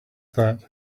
that